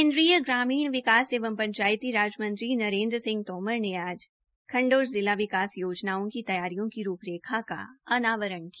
केन्द्रीय ग्रामीण विकास एवं पंचायती राज मंत्री नरेन्द्र सिंह तोमर ने आज खंड और जिला विकास योजनाओं की तैयारियों की रूप रेखा का अवावरन किया